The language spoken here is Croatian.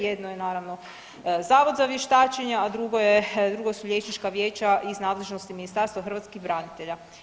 Jedno je naravno Zavod za vještačenja, a drugo su liječnička vijeća iz nadležnosti Ministarstva hrvatskih branitelja.